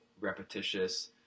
repetitious